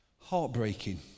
Heartbreaking